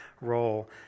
role